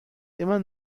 immer